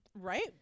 right